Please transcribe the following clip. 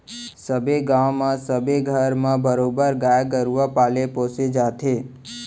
सबे गाँव म सबे घर म बरोबर गाय गरुवा पाले पोसे जाथे